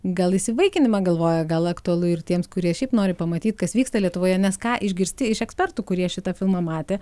gal įsivaikinimą galvoja gal aktualu ir tiems kurie šiaip nori pamatyt kas vyksta lietuvoje nes ką išgirsti iš ekspertų kurie šitą filmą matė